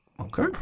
Okay